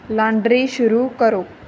laundry ਸ਼ੁਰੂ ਕਰੋ